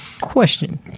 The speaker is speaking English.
Question